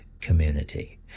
community